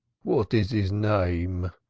what is his name?